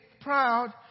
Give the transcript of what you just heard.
proud